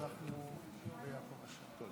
חבריי חברי הכנסת,